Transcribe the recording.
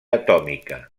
atòmica